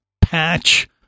patch